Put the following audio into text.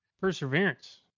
Perseverance